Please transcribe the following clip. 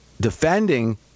defending